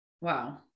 Wow